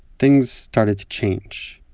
things started to change.